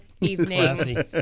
evening